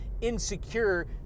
insecure